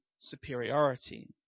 superiority